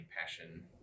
passion